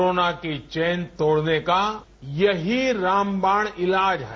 corona की chain तोड़ने का यही रामबाण इलाज है